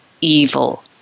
evil